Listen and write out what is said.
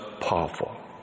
powerful